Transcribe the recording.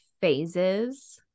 phases